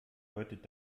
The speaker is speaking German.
deutet